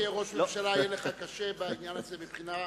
כשאתה תהיה ראש הממשלה יהיה לך קשה בעניין הזה מבחינה פוליטית,